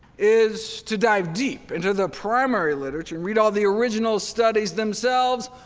is to dive deep into the primary literature and read all the original studies themselves.